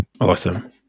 Awesome